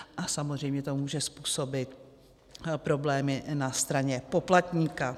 A samozřejmě to může způsobit problémy i na straně poplatníka.